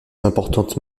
importante